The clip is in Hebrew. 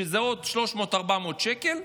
שזה עוד 400-300 שקל,